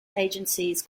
agencies